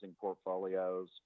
portfolios